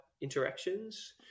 interactions